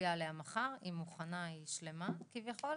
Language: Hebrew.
שלום לכולם.